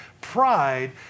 pride